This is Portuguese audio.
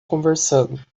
conversando